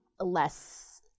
less